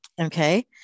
Okay